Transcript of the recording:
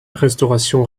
restauration